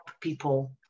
people